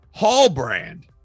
Hallbrand